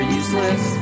useless